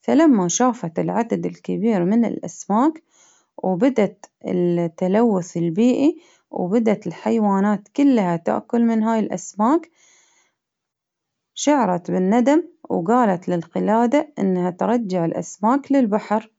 فلما شافت العدد الكبير من الأسماك ، وبدت التلوث البيئي ، وبدت الحيوانات كلها تأكل من هاي الأسماك، شعرت بالندم، وقالت للقلادة، إنها ترجع الأسماك للبحر.